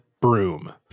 broom